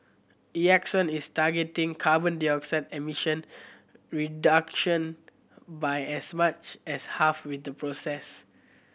Exxon is targeting carbon dioxide emission reduction by as much as half with the process